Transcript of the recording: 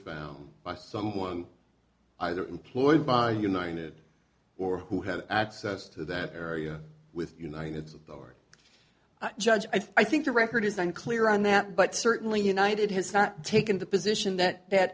found by someone either employed by united or who have access to that area with units of the judge i think the record is unclear on that but certainly united has not taken the position that that